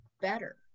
better